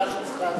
להתנגד.